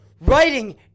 writing